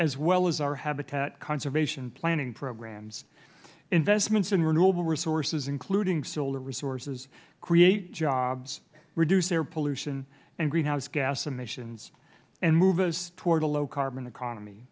as well as our habitat conservation planning programs investments in renewable resources including solar resources create jobs reduce air pollution and greenhouse gas emissions and move us toward a low carbon economy